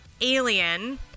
Alien